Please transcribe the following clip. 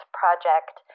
project